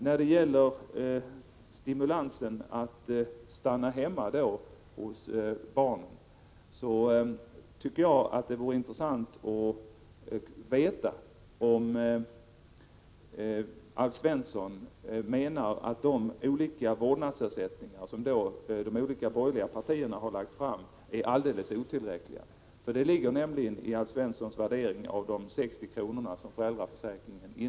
När det sedan gäller stimulansen till att stanna hemma hos barnen vore det intressant att veta om Alf Svensson menar att de vårdnadsersättningar som de olika borgerliga partierna har föreslagit är alldeles otillräckliga. Det ligger nämligen i Alf Svenssons värdering av de 60 kr. som föräldraförsäkringen ger.